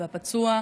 ולפצוע,